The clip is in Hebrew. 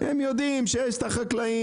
הם יודעים שיש את החקלאים,